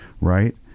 right